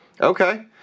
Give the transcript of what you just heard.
okay